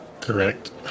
Correct